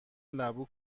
لبو